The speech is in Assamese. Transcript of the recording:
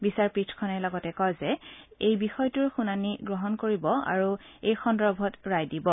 বিচাৰপীঠখনে লগতে কয় যে ই বিষয়টোৰ শুনানী গ্ৰহণ কৰিব আৰু এই সন্দৰ্ভত ৰায় দিব